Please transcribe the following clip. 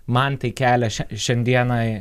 man tai kelia šią šiandienai